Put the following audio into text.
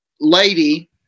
lady